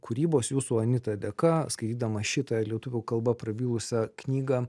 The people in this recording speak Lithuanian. kūrybos jūsų anita dėka skaitydamas šitą lietuvių kalba prabilusią knygą